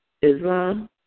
Islam